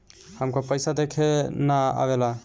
हमका पइसा देखे ना आवेला?